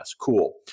Cool